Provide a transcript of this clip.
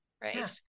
right